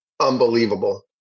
unbelievable